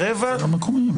זה לא מקומיים.